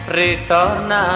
ritorna